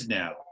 now